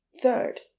third